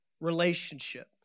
relationship